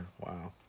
wow